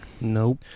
Nope